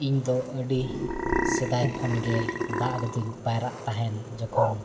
ᱤᱧ ᱫᱚ ᱟᱹᱰᱤ ᱥᱮᱫᱟᱭ ᱠᱷᱚᱱ ᱜᱮ ᱫᱟᱜ ᱨᱮᱫᱚᱧ ᱯᱟᱭᱨᱟᱜ ᱛᱟᱦᱮᱱ ᱡᱚᱠᱷᱚᱱ